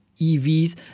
EVs